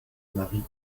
marie